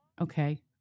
okay